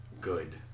good